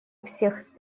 всех